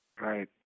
Right